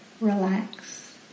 Relax